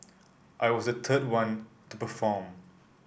I was the third one to perform